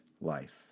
life